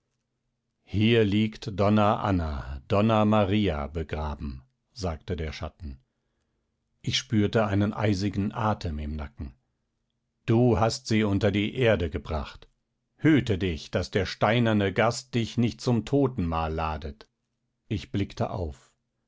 hier liegt donna anna donna maria begraben sagte der schatten ich spürte seinen eisigen atem im nacken du hast sie unter die erde gebracht hüte dich daß der steinerne gast dich nicht zum totenmahl ladet ich blickte auf